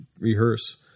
rehearse